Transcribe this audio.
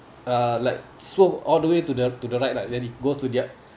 uh like swerved all the way to the to the right lah then it goes to the